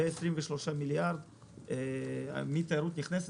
ו-23 מיליארד מתיירות נכנסת,